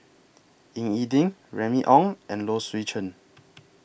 Ying E Ding Remy Ong and Low Swee Chen